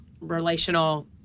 relational